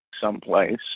someplace